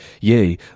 yea